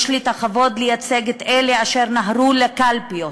יש לי הכבוד לייצג את אלה אשר נהרו לקלפיות